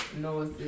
No